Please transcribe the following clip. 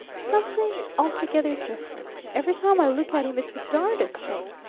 something altogether different. every time i look at him it's the darnedest thing!